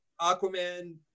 Aquaman